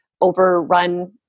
overrun